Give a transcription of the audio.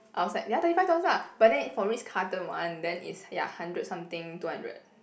I was like ya thirty five dollars lah but then for Ritz-Carlton one then is ya hundred something two hundred